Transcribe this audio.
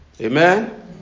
Amen